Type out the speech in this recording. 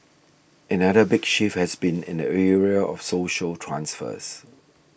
another big shift has been in the area of social transfers